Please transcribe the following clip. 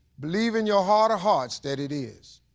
believe in your heart of hearts that it is.